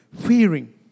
fearing